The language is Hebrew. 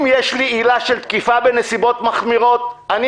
אם יש לי עילה של תקיפה בנסיבות מחמירות אני